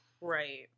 Right